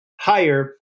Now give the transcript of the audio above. higher